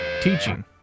teaching